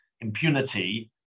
impunity